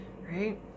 right